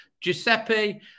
Giuseppe